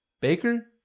Baker